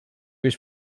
was